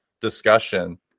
discussion